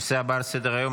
הנושא הבא על סדר-היום,